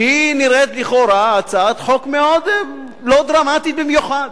שנראית לכאורה הצעת חוק לא דרמטית במיוחד,